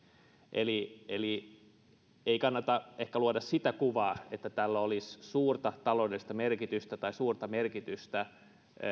eli eli ei ehkä kannata luoda sitä kuvaa että tällä olisi suurta taloudellista merkitystä tai suurta merkitystä